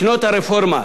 בשנות הרפורמה,